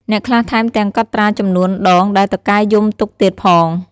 អ្នកខ្លះថែមទាំងកត់ត្រាចំនួនដងដែលតុកែយំទុកទៀតផង។